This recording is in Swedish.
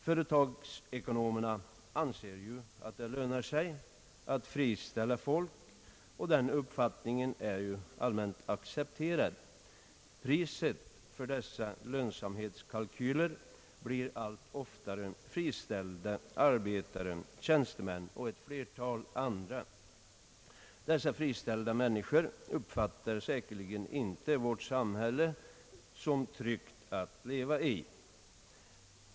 Företagsekonomerna anser ju att det lönar sig att friställa folk, och den uppfattningen är ju allmänt accepterad. Priset för dessa lönsamhetskalkyler blir allt oftare friställda arbetare, tjänstemän och eit flertal andra. Dessa friställda människor uppfattar säkerligen inte vårt samhälle som tryggt att leva i.